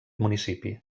municipi